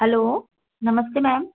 hello नमस्ते ma'am